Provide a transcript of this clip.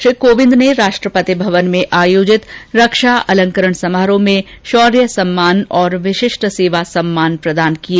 श्री कोविंद ने राष्ट्रपति भवन में आयोजित रक्षा अलंकरण समारोह में शौर्य सम्मान और विशिष्ट सेवा सम्मान प्रदान किए